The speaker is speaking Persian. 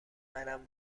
منم